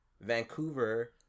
vancouver